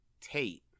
tate